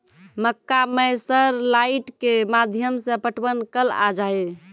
मक्का मैं सर लाइट के माध्यम से पटवन कल आ जाए?